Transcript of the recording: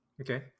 Okay